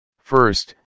First